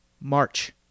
March